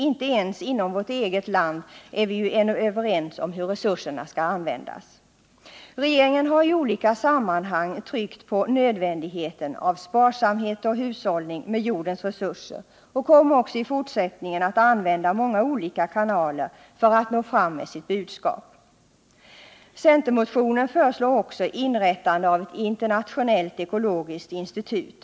Inte ens i vårt eget land är vi överens om hur resurserna skall användas. Regeringen har i olika sammanhang tryckt på nödvändigheten av sparsamhet och hushållning med jordens resurser och kommer också i fortsättningen att använda många olika kanaler för att nå fram med sitt budskap. I centermotionen föreslås också inrättandet av ett internationellt ekologiskt institut.